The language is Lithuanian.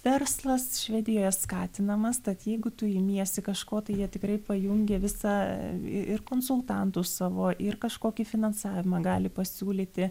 verslas švedijoje skatinamas tad jeigu tu imiesi kažko tai jie tikrai pajungia visą ir konsultantų savo ir kažkokį finansavimą gali pasiūlyti